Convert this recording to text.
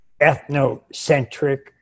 ethnocentric